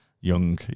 Young